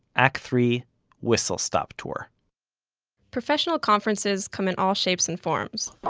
act three whistle stop tour professional conferences come in all shapes and forms,